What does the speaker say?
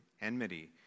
enmity